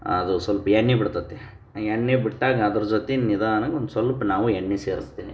ಅದು ಸ್ವಲ್ಪ ಎಣ್ಣೆ ಬಿಡ್ತತಿ ಎಣ್ಣೆ ಬಿಟ್ಟಾಗ ಅದ್ರ ಜೊತೆ ನಿಧಾನಕ್ಕೆ ಒಂದು ಸ್ವಲ್ಪ ನಾವು ಎಣ್ಣೆ ಸೇರಿಸ್ತೇನೆ